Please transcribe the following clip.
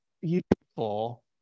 beautiful